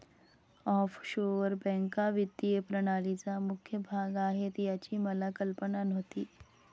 offshore बँका वित्तीय प्रणालीचा मुख्य भाग आहेत याची मला कल्पना नव्हती